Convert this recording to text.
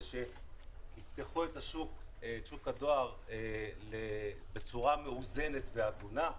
שיפתחו את שוק הדואר בצורה מאוזנת והגונה,